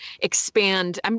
expand